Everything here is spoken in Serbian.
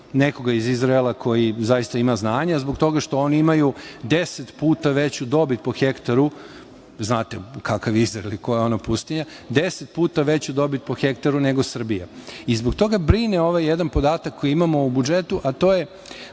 nekoga iz Izraela koji zaista ima znanje, zbog toga što oni imaju 10 puta veću dobit po hektaru, znate kakav je Izrael i koja je ono pustinja, deset puta veći dobit po hektaru, nego Srbija i zbog toga brine ovaj jedan podatak koji imamo u budžetu, a to je